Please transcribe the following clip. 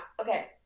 okay